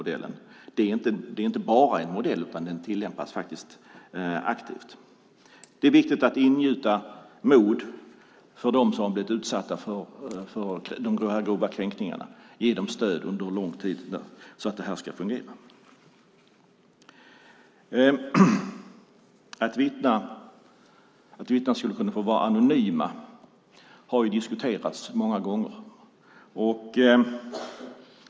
Det är inte bara en modell, utan den tillämpas faktiskt aktivt. Det är viktigt att ingjuta mod i dem som har utsatts för grova kränkningar och ge dem stöd under en lång tid. Det har diskuterats många gånger att vittnen skulle kunna få vara anonyma.